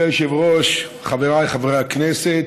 אדוני היושב-ראש, חבריי חברי הכנסת,